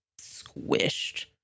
squished